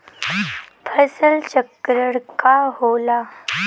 फसल चक्रण का होला?